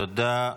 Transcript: תודה.